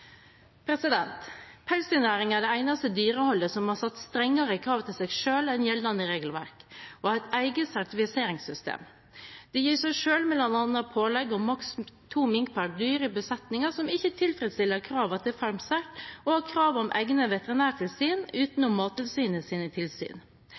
Pelsdyrnæringen er det eneste dyreholdet som har satt strengere krav til seg selv enn gjeldende regelverk, og den har et eget sertifiseringssystem. Den gir seg selv bl.a. pålegg om maks to mink per bur i besetninger som ikke tilfredsstiller kravene til FarmSert, og har krav om egne veterinærtilsyn